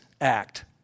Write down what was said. act